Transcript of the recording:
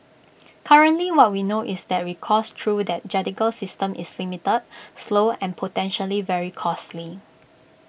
currently what we know is that recourse through that judicial system is limited slow and potentially very costly